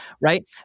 right